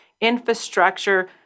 infrastructure